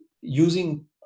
using